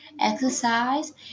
exercise